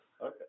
Okay